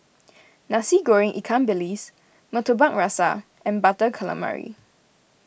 Nasi Goreng Ikan Bilis Murtabak Rusa and Butter Calamari